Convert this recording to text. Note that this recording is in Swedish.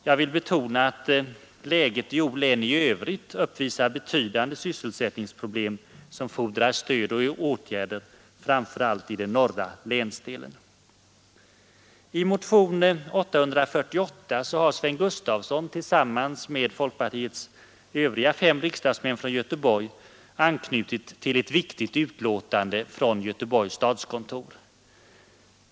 Jag vill betona att läget i O-län i övrigt uppvisar betydande sysselsättningsproblem som fordrar stöd och åtgärder, framför allt i den norra länsdelen. I motion 848 har Sven Gustafson tillsammans med folkpartiets övriga fem riksdagsmän från Göteborg anknutit till ett viktigt utlåtande från Göteborgs stadskontor.